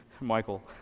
Michael